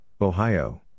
Ohio